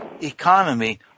economy